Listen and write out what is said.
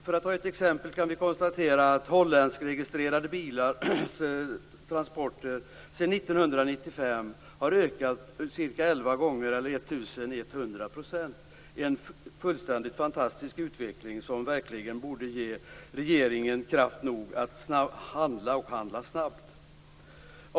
Som exempel kan jag nämna att Hollandsregistrerade transporter sedan 1995 har ökat elva gånger, dvs. med 1 100 %- en fullständigt fantastisk utveckling som verkligen borde ge regeringen kraft nog att handla snabbt.